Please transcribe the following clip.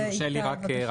אם יורשה לי מילה.